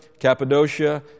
Cappadocia